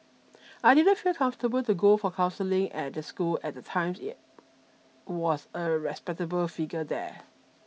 I didn't feel comfortable to go for counselling at the school at the time yet was a respectable figure there